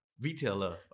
retailer